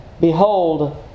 Behold